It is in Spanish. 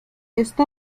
esta